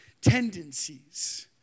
tendencies